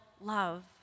love